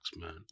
man